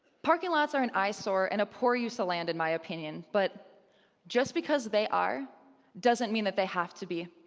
parking lots are an eyesore and a poor use of land in my opinion, but just because they are doesn't mean that they have to be.